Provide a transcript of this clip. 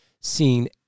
seen